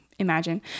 imagine